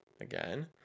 again